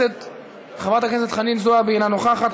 חברת הכנסת חנין זועבי, אינה נוכחת.